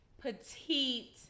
petite